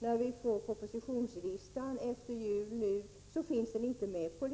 När vi fick propositionslistan efter jul fanns den inte med där.